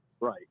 Right